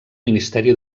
ministeri